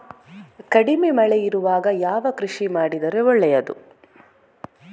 ಕಡಿಮೆ ಮಳೆ ಇರುವಾಗ ಯಾವ ಕೃಷಿ ಮಾಡಿದರೆ ಒಳ್ಳೆಯದು?